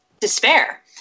despair